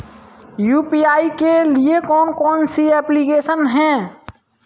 UPI के लिए कौन कौन सी एप्लिकेशन हैं?